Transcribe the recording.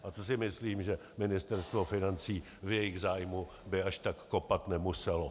A to si myslím, že Ministerstvo financí v jejich zájmu by až tak kopat nemuselo.